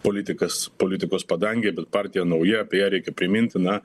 politikas politikos padangėj bet partija nauja apie ją reikia priminti na